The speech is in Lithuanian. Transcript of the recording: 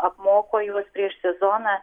apmoko juos prieš sezoną